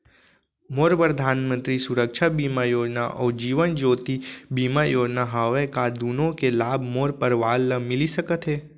मोर परधानमंतरी सुरक्षा बीमा योजना अऊ जीवन ज्योति बीमा योजना हवे, का दूनो के लाभ मोर परवार ल मिलिस सकत हे?